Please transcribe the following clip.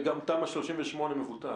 וגם תמ"א 38 מבוטל.